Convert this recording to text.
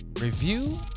review